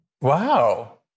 Wow